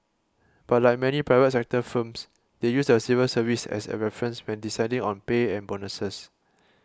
but like many private sector firms they use the civil service as a reference when deciding on pay and bonuses